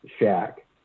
shack